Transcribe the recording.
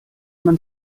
man